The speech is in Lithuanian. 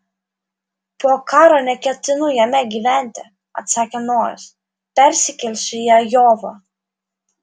po karo neketinu jame gyventi atsakė nojus persikelsiu į ajovą